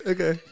Okay